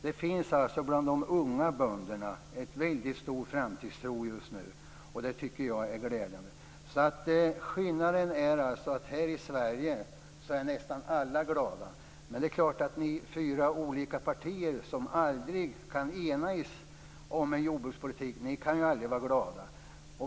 Det finns en väldigt stor framtidstro just nu bland de unga bönderna, och det tycker jag är glädjande. Skillnaden är alltså att här i Sverige är nästan alla glada. Men det är klart att ni fyra olika partier som aldrig kan enas om en jordbrukspolitik, ni kan ju aldrig vara glada.